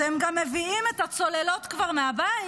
אתם גם מביאים את הצוללות כבר מהבית,